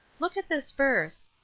look at this verse.